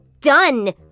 Done